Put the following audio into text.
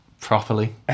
properly